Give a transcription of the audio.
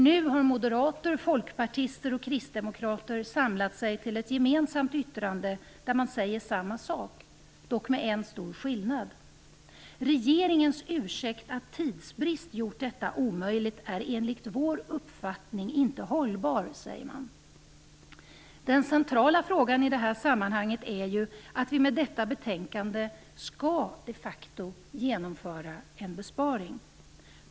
Nu har moderater, folkpartister och kristdemokrater samlat sig till ett gemensamt yttrande där man säger samma sak - dock med en stor skillnad. Regeringens ursäkt att tidsbrist gjort detta omöjligt är enligt vår uppfattning inte hållbar, säger man. Den centrala frågan i det här sammanhanget är ju att vi med detta betänkande de facto skall genomföra en besparing.